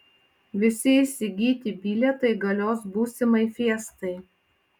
visi įsigyti bilietai galios būsimai fiestai